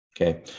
okay